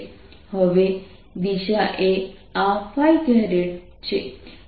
હવે દિશા એ આ છે